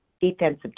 defensive